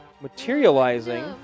materializing